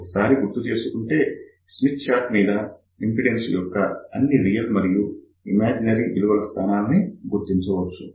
ఒకసారి గుర్తు చేసుకుంటే స్మిత్ చార్ట్ మీద ఇంపిడెన్సెస్ యొక్క అన్ని రియల్ మరియు ఇమాజినరీ విలువల స్థానాన్ని గుర్తించవచ్చు